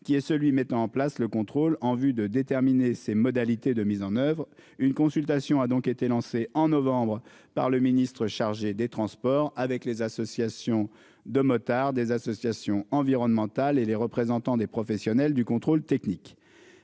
qui est celui, mettant en place le contrôle en vue de déterminer ses modalités de mise en oeuvre. Une consultation a donc été lancée en novembre par le ministre chargé des Transports, avec les associations de motards des associations environnementales et les représentants des professionnels du contrôle technique.